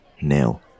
nil